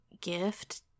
gift